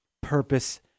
Purpose